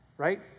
Right